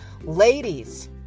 Ladies